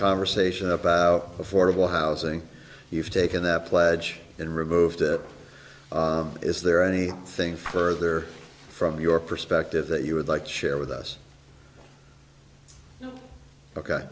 conversation about affordable housing you've taken the pledge and removed is there any thing further from your perspective that you would like to share with us ok